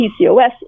PCOS